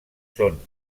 són